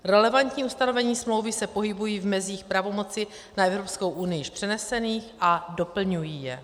Relevantní ustanovení smlouvy se pohybují v mezích pravomocí na EU již přenesených a doplňují je.